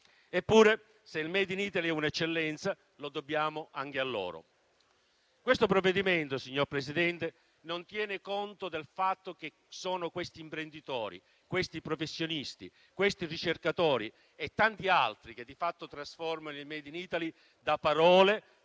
Eppure, se il *made in Italy* è un'eccellenza, lo dobbiamo anche a loro. Il provvedimento in esame, signor Presidente, non tiene conto del fatto che sono questi imprenditori, questi professionisti, questi ricercatori e tanti altri che di fatto trasformano il *made in Italy* da parole,